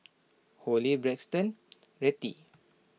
Holli Braxton Rettie